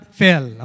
fell